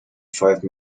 five